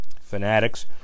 Fanatics